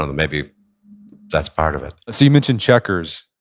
and maybe that's part of it so you mentioned chequers,